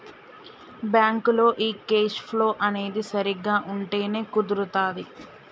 బ్యాంకులో ఈ cash flow అనేది సరిగ్గా ఉంటేనే కుదురుతాది